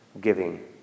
giving